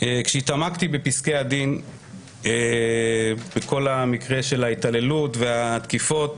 כשהתעמקתי בפסקי הדין בכל מקרי התעללות והתקיפות